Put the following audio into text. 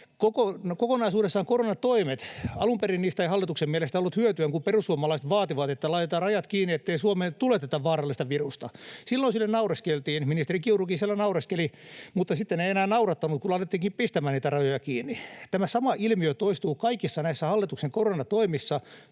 Kokonaisuudessaan koronatoimista ei hallituksen mielestä alun perin ollut hyötyä. Kun perussuomalaiset vaativat, että laitetaan rajat kiinni, ettei Suomeen tule tätä vaarallista virusta, silloin sille naureskeltiin. Ministeri Kiurukin siellä naureskeli, mutta sitten ei enää naurattanut, kun lähdettiinkin pistämään niitä rajoja kiinni. Tämä sama ilmiö toistuu kaikissa näissä hallituksen koronatoimissa,